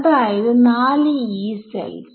അതായത് 4 Yee cells